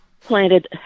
planted